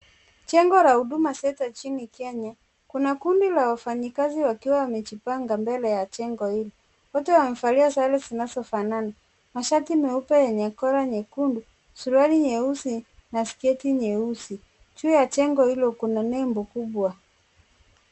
Jengo la huduma center nchini Kenya, kuna kundi la wafanyikazi wakiwa wamejipanga mbele ya jengo hili. Wote wamevalia sare zinazofanana, mashati meupe wenye kola nyekundu, suruali nyeusi na sketi nyeusi. Juu ya jengo hilo kuna nembo kubwa.